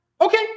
okay